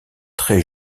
très